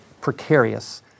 precarious